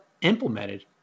implemented